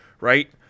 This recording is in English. Right